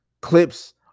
clips